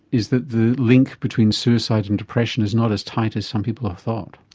is that the link between suicide and depression is not as tight as some people have thought.